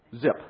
Zip